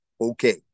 Okay